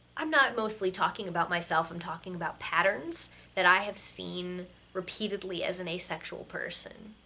i'm not mostly talking about myself. i'm talking about patterns that i have seen repeatedly as an asexual person.